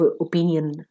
opinion